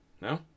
No